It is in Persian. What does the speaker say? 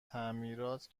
تعمیرات